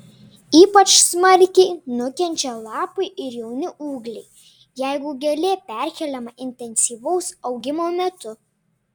ypač smarkiai nukenčia lapai ir jauni ūgliai jeigu gėlė perkeliama intensyvaus augimo metu